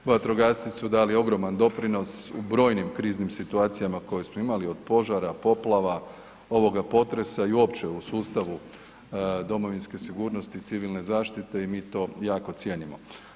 Vatrogasci su dali ogroman doprinos u brojim kriznim situacijama koje smo imali od požara, poplava, ovoga potresa i uopće u sustavu domovinske sigurnosti i civilne zaštite i mi to jako cijenimo.